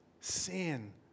sin